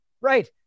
right